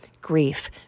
grief